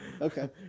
okay